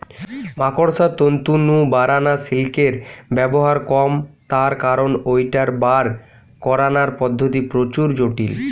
মাকড়সার তন্তু নু বারানা সিল্কের ব্যবহার কম তার কারণ ঐটার বার করানার পদ্ধতি প্রচুর জটিল